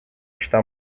está